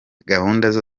gahunda